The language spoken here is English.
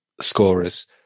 scorers